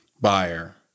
buyer